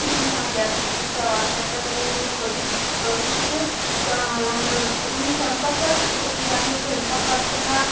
की हा गॅस लीकेजचा वास आहे तर मी बघित बघते तर मी स्वयंपाक करतच होती आणि स्वयंपाक करतांना